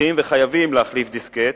צריכים וחייבים להחליף דיסקט